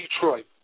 Detroit